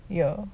ya